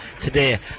today